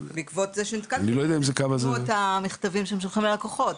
ובעקבות זה שנתקלתי בזה הם תיקנו את המכתבים שהם שולחים ללקוחות,